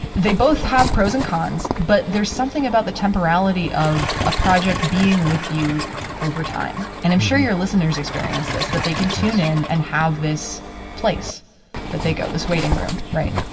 they both have pros and cons, but there's something about the temporality of a project being with you over time. and i'm sure your listeners experience this, that they can tune in and have this place that they go, this waiting room, right?